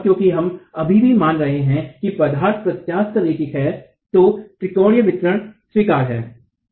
और क्योंकि हम अभी भी मान रहे हैं कि पदार्थ प्रत्यास्थ रैखिक हैतो त्रिकोण वितरण स्वीकार्य है